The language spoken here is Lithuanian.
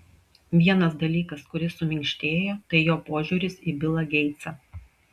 vienas dalykas kuris suminkštėjo tai jo požiūris į bilą geitsą